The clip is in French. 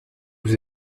vous